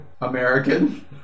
American